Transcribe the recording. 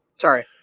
Sorry